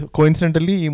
Coincidentally